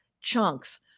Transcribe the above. chunks